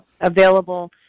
available